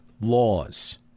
laws